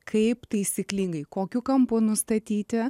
kaip taisyklingai kokiu kampu nustatyti